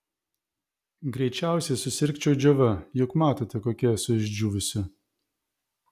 greičiausiai susirgčiau džiova juk matote kokia esu išdžiūvusi